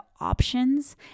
options